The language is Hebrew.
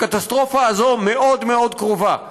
הקטסטרופה הזאת מאוד מאוד קרובה.